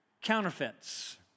counterfeits